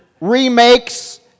remakes